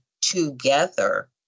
together